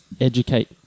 educate